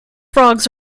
frogs